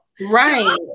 Right